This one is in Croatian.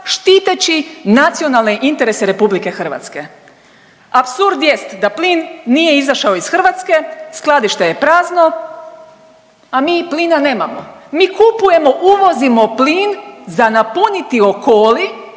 štiteći nacionalne interese RH. Apsurd jest da plin nije izašao iz Hrvatske, skladište je prazno, a mi plina nemamo. Mi kupujemo uvozimo plin za napuniti Okoli